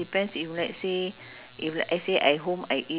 but this hawker this